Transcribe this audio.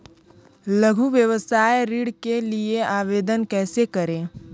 लघु व्यवसाय ऋण के लिए आवेदन कैसे करें?